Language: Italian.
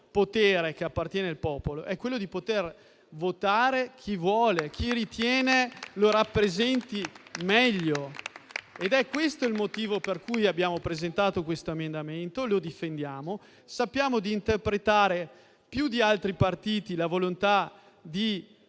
potere che appartiene al popolo è quello di poter votare chi vuole, chi ritiene lo rappresenti meglio. È questo il motivo per cui abbiamo presentato questo emendamento e lo difendiamo. Sappiamo di interpretare più di altri partiti la volontà di fasce